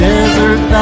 Desert